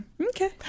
Okay